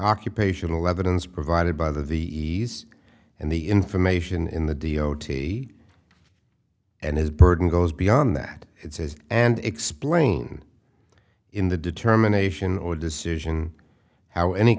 occupational evidence provided by the v and the information in the d o t and his burden goes beyond that it says and explain in the determination or decision how any